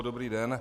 Dobrý den.